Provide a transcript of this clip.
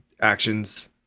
actions